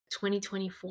2024